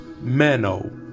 Mano